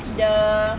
the